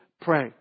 pray